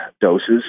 doses